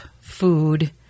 food